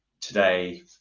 today